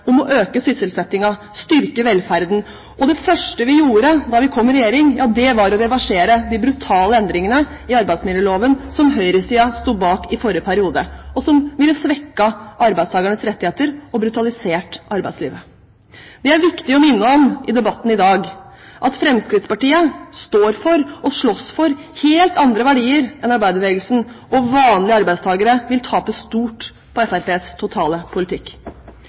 om å øke sysselsettingen og styrke velferden. Det første vi gjorde da vi kom i regjering, var å reversere de brutale endringene i arbeidsmiljøloven som høyresiden sto bak i forrige periode, og som ville svekket arbeidstakernes rettigheter og brutalisert arbeidslivet. I debatten i dag er det viktig å minne om at Fremskrittspartiet står for og slåss for helt andre verdier enn arbeiderbevegelsen, og vanlige arbeidstakere vil tape stort på Fremskrittspartiets totale politikk.